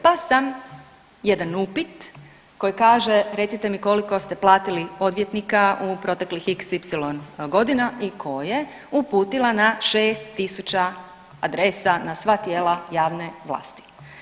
Pa sam jedan upit koji kaže recite mi koliko ste platili odvjetnika u proteklih xy godine i koje uputila na 6.000 adresa, na sva tijela javne vlasti.